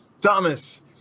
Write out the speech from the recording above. Thomas